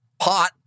pot